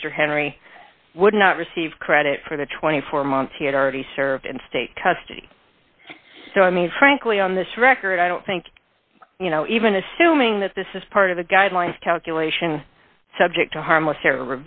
mr henry would not receive credit for the twenty four months he had already served in state custody so i mean frankly on this record i don't think you know even assuming that this is part of the guidelines calculation subject to harmless er